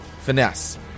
Finesse